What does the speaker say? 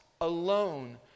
alone